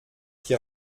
qui